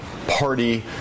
Party